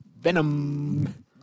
Venom